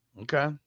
Okay